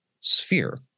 sphere